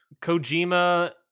Kojima